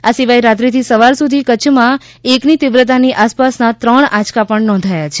આ સિવાય રાત્રીથી સવાર સુધી કચ્છમાં એકની તીવ્રતાની આસપાસના ત્રણ આંચકા પણ નોંધાયા છે